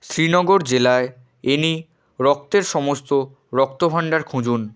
শ্রীনগর জেলায় এনি রক্তের সমস্ত রক্তভাণ্ডার খুঁজুন